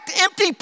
empty